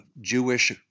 Jewish